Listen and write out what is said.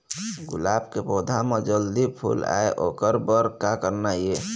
गुलाब के पौधा म जल्दी फूल आय ओकर बर का करना ये?